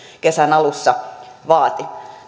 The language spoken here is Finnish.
kesän alussa vaati